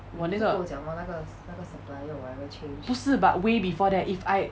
我那个不是 but way before that if I